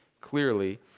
clearly